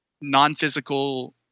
non-physical